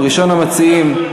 ראשון המציעים,